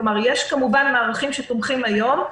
יש כמובן מערכים שתומכים היום,